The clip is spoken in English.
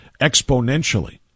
exponentially